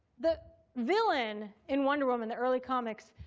the villain in wonder woman, the early comics,